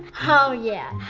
oh yeah,